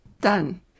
done